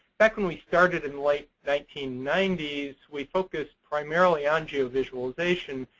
back when we started in late nineteen ninety s, we focused primarily on geovisualization.